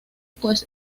pues